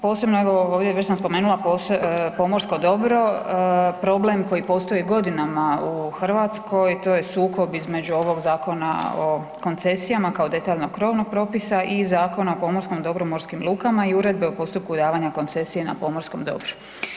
Posebno evo ovdje već sam spomenula, pomorsko dobro, problem koji postoji godinama u Hrvatskoj, to je sukob između ovog Zakona o koncesijama kao detaljnog krovnog propisa i Zakon o pomorskom dobru i morskim lukama i Uredbe o postupku davanja koncesije na pomorskom dobru.